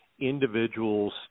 individuals